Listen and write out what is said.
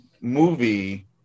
movie